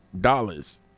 dollars